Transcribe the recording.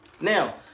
Now